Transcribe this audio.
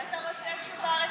אתה רוצה תשובה רצינית?